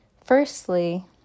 firstly